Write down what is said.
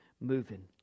moving